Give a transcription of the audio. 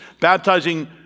baptizing